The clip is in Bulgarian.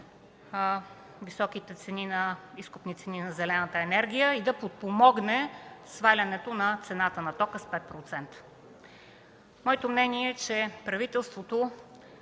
високите изкупни цени на зелената енергия и да подпомогнат свалянето на цената на тока с 5%. Моето мнение е, че правителството